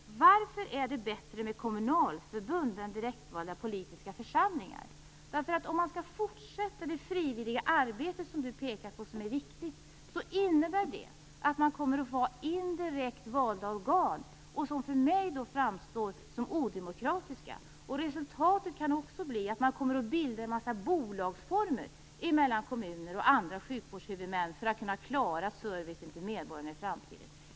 Varför är det bättre med kommunalförbund än med direktvalda politiska församlingar? Om man skall fortsätta med det frivilliga arbete Lars Hjertén pekar på som viktigt, innebär det att man kommer att få ha indirekt valda organ. För mig framstår det som odemokratiskt. Resultatet kan också bli att man kommer att bilda en massa bolagsformer mellan kommuner och andra sjukvårdshuvudmän för att klara servicen till medborgarna i framtiden.